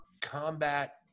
combat